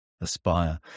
aspire